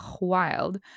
wild